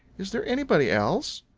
is there anybody else?